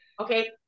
Okay